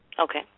Okay